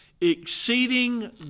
exceeding